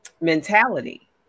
mentality